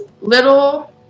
little